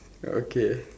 okay